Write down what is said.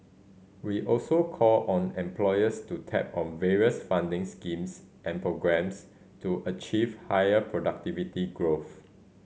we also call on employers to tap the various funding schemes and programmes to achieve higher productivity growth